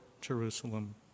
Jerusalem